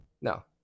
no